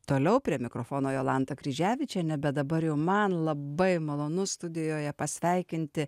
toliau prie mikrofono jolanta kryževičienė bet dabar jau man labai malonu studijoje pasveikinti